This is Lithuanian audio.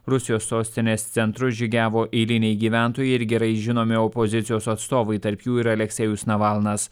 rusijos sostinės centru žygiavo eiliniai gyventojai ir gerai žinomi opozicijos atstovai tarp jų ir aleksejus navalnas